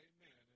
Amen